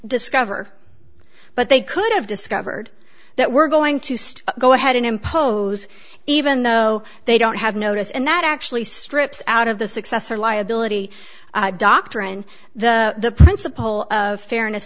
discover but they could have discovered that we're going to stop go ahead and impose even though they don't have notice and that actually strips out of the successor liability doctrine the principle of fairness